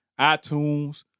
iTunes